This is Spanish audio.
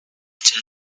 echa